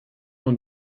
und